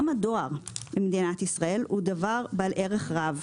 גם הדואר במדינת ישראל הוא דבר בעל ערך רב.